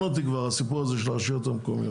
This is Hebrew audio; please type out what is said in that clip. אותי כבר הסיפור הזה של הרשויות המקומיות.